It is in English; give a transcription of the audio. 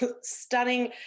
stunning